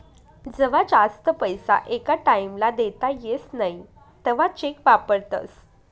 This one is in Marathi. जवा जास्त पैसा एका टाईम ला देता येस नई तवा चेक वापरतस